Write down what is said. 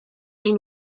nahi